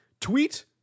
tweet